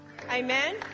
Amen